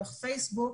דרך פייסבוק,